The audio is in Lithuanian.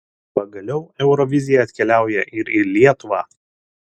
pagaliau eurovizija atkeliauja ir į lietuvą